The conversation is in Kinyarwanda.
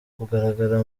kugaragara